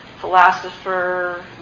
philosopher